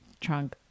trunk